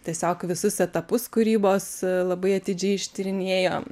tiesiog visus etapus kūrybos labai atidžiai ištyrinėjo